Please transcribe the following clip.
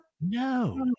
No